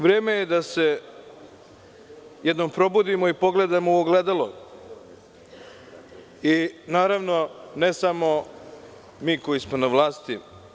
Vreme je da se jednom probudimo i pogledamo u ogledalo i, naravno, ne samo mi koji smo na vlasti.